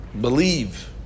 believe